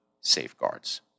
safeguards